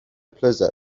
blizzard